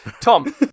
Tom